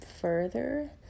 further